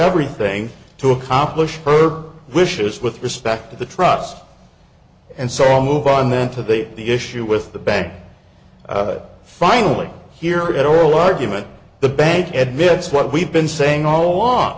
everything to accomplish her wishes with respect to the trust and so on move on then to the the issue with the bank finally here at oral argument the bank edits what we've been saying all along